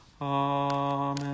Amen